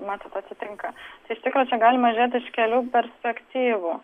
matot atsitinka iš tikro čia galima žiūrėt iš kelių perspektyvų